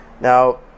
Now